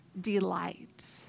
delight